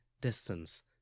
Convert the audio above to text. distance